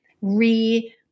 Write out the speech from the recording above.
re